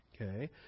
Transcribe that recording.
Okay